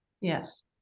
Yes